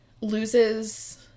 loses